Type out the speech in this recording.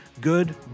good